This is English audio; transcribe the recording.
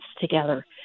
together